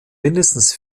mindestens